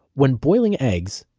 when boiling eggs,